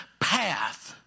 path